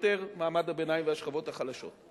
יותר מעמד הביניים והשכבות החלשות.